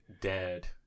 Dead